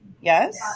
Yes